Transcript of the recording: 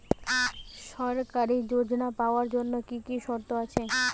সরকারী যোজনা পাওয়ার জন্য কি কি শর্ত আছে?